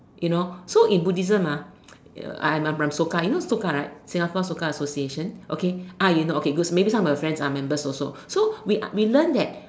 you know so in Buddhism ah uh I I I'm Soka you know Soka right Singapore Soka association ah okay you know okay maybe some of your friends are members also so we are we learn that